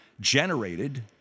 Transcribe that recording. generated